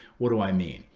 what do i mean?